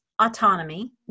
autonomy